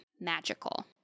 Magical